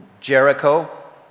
Jericho